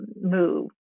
move